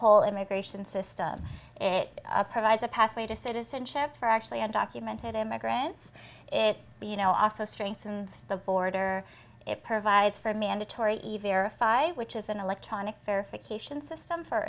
whole immigration system and it provides a pathway to citizenship for actually undocumented immigrants it you know also strengthen the border it provides for mandatory even five which is an electronic verification system for